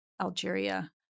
Algeria